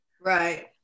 Right